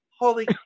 Holy